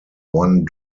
one